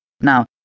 Now